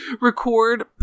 record